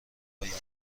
آینده